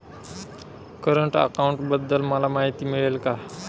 Current अकाउंटबद्दल मला माहिती मिळेल का?